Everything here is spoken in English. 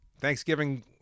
thanksgiving